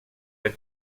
jag